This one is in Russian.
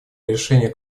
решения